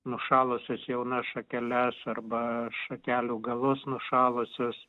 nušalusias jaunas šakeles arba šakelių galus nušalusius